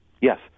Yes